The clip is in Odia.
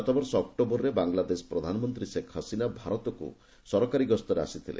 ଗତବର୍ଷ ଅକ୍ଟୋବରରେ ବାଂଲାଦେଶ ପ୍ରଧାନମନ୍ତ୍ରୀ ଶେଖ ହସିନା ଭାରତକ୍ ସରକାରୀ ଗସ୍ତରେ ଆସିଥିଲେ